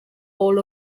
all